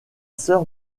sœur